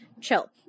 chill